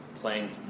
playing